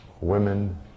Women